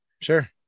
Sure